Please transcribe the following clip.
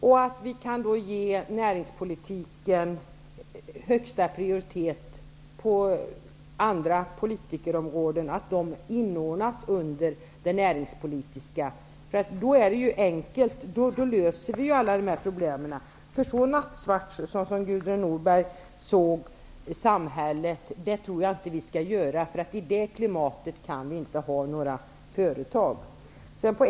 Det gäller ju att ge näringspolitiken högsta prioritet på andra politikerområden och att dessa inordnas under näringspolitiken. Då är det enkelt, då löser vi alla de här problemen. Jag tror inte att vi skall se så nattsvart på samhället som Gudrun Norberg gjorde, för i det klimatet kan vi inte ha några företag.